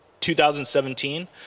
2017